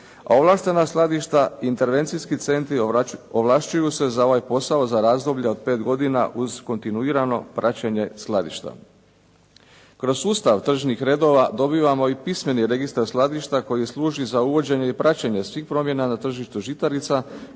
a ovlaštena skladišta, intervencijski centri ovlašćuju se za ovaj posao za razdoblje od 5 godina uz kontinuirano praćenje skladišta. Kroz sustav tržišnih redova dobivamo i pismeni registar skladišta koji služi za uvođenje i praćenje svih promjena na tržištu žitarica